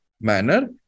manner